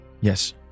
Yes